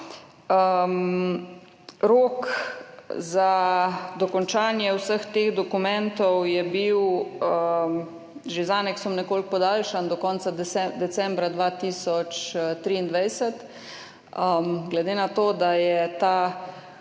Rok za dokončanje vseh teh dokumentov je bil že z aneksom nekoliko podaljšan, do konca decembra 2023. Glede na to, da je